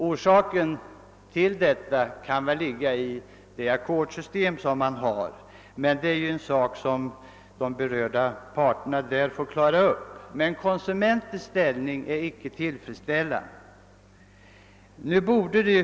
Orsaken till detta kan väl vara ackordsystemet, men det är ju en sak som de berörda parterna får klara av. Konsumenternas ställning är emellertid otillfredsställan-, de.